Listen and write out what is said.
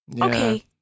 okay